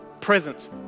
present